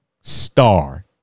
star